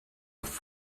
auf